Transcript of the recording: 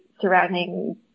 surrounding